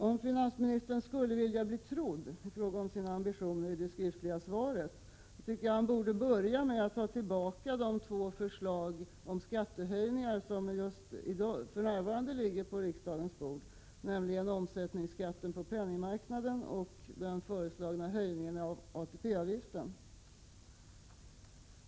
Om finansministern skulle vilja bli trodd i fråga om de ambitioner han visar i det skriftliga svaret, tycker jag att han borde börja med att ta tillbaka de två förslag om skattehöjningar som just nu ligger på riksdagens bord, nämligen förslaget om omsättningsskatten på penningmarknaden och den föreslagna höjningen av ATP-avgiften.